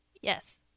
Yes